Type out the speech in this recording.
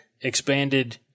expanded